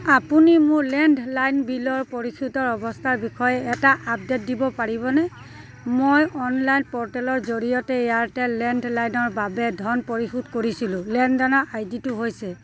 আপুনি মোৰ লেণ্ডলাইন বিলৰ পৰিশোধৰ অৱস্থাৰ বিষয়ে এটা আপডেট দিব পাৰিবনে মই অনলাইন পৰ্টেলৰ জৰিয়তে এয়াৰটেল লেণ্ডলাইনৰ বাবে ধন পৰিশোধ কৰিছিলোঁ লেনদেনৰ আই ডিটো হৈছে